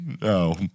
No